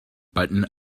button